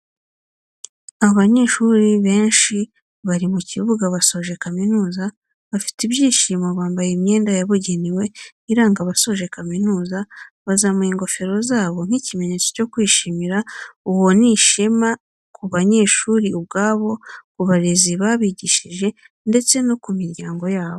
Abanyeshuri benshi bari mu kibuga basoje kamizuza bafite ibyishimo, bambaye imyenda yabugenewe iranga abasoje kaminuza bazamuye ingofero zabo nk'ikimenyetso cyo kwishimira uwo, ni ishema ku banyeshuri ubwabo, ku barezi babigishije ndetse no ku miryango yabo.